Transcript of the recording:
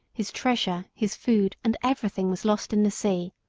his treasure, his food, and everything was lost in the sea.